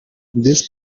this